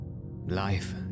life